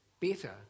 better